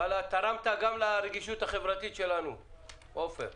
ואללה, תרמת גם לרגישות החברתית שלנו, עופר.